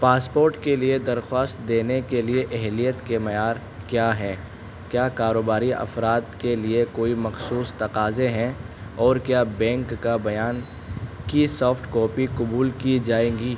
passport کے لیے درخواست دینے کے لیے اہلیت کے معیار کیا ہے کیا کاروباری افراد کے لیے کوئی مخصوص تقاضے ہیں اور کیا بینک کا بیان کی سافٹ کاپی قبول کی جائے گی